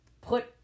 put